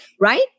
right